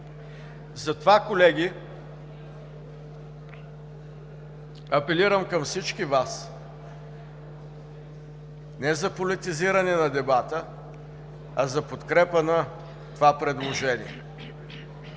Затова, колеги, апелирам към всички Вас, не за политизиране на дебата, а за подкрепа на това предложение.